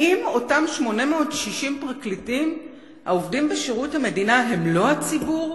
האם אותם 860 פרקליטים העובדים בשירות המדינה הם לא הציבור?